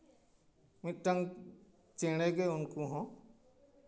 ᱢᱤᱫᱴᱟᱱ ᱪᱮᱬᱮ ᱜᱮ ᱩᱱᱠᱩ ᱦᱚᱸ